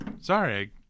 Sorry